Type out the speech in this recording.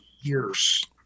years